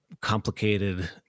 complicated